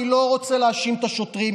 אני לא רוצה להאשים את השוטרים,